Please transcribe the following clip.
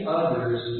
others